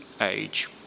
age